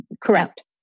Correct